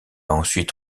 ensuite